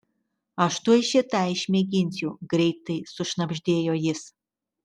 aš tuoj šį tą išmėginsiu greitai sušnabždėjo jis